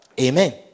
Amen